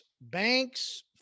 banks